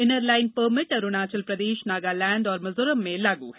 inner line permit Arunachal Pradesh Nagaland और मिज़ोरम में लागू है